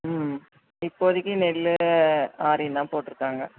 ம் இப்போதிக்கு நெல் ஆரியும் தான் போட்டுருக்காங்க